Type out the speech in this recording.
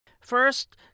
First